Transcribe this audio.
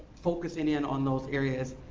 focusing in on those areas.